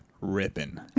ripping